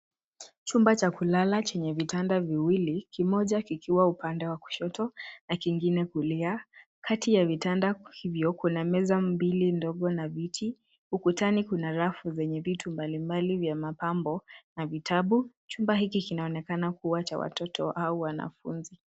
Chumba cha kulala chenye vitanda viwili, kimoja upande wa kushoto na kingine upande wa kulia. Kati ya vitanda kuna meza mbili, ndogo na viti. Ukutani kuna rafu yenye vitu mbalimbali vya kusomea na vitabu. Chumba hiki kinaonekana kuwa kwa ajili ya watoto